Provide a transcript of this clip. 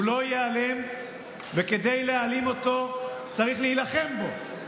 הוא לא ייעלם, כדי להעלים אותו צריך להילחם בו.